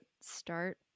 start